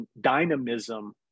dynamism